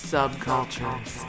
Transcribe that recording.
subcultures